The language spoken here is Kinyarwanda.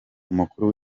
umukuru